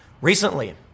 Recently